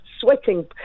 sweating